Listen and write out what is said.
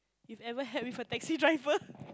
you've ever had with a taxi driver